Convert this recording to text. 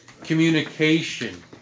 communication